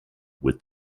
with